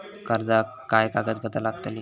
कर्जाक काय कागदपत्र लागतली?